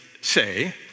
say